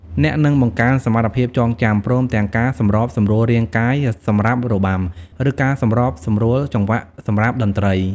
អ្នកនឹងបង្កើនសមត្ថភាពចងចាំ ព្រមទាំងការសម្របសម្រួលរាងកាយ សម្រាប់របាំ ឬការសម្របសម្រួលចង្វាក់ សម្រាប់តន្ត្រី។